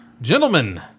Gentlemen